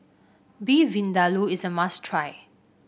Beef Vindaloo is a must try